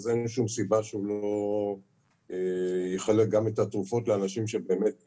אין שום סיבה שהוא לא יחלק גם את התרופות לאנשים נצרכים.